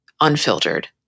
unfiltered